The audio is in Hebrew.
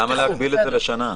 למה להגביל את זה לשנה?